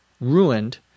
ruined